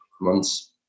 ...months